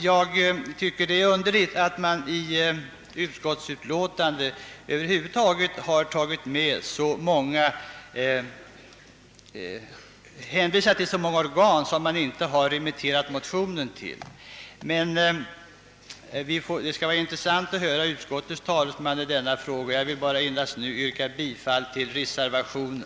Jag finner det som sagt underligt att utskottsmajoriteten hänvisat till så många organ som motionerna inte remitterats till, och det skall bli intressant att höra vad utskottets talesman har att säga i denna fråga. Jag ber att få yrka bifall till reservationen.